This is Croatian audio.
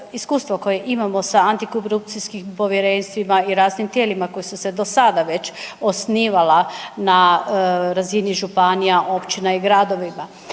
iskustvo koje imamo sa antikorupcijskim povjerenstvima i raznim tijelima koja su se do sada već osnivala na razini županija, općina i gradovima